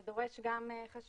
זה דורש גם חשיבה